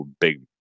big